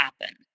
happen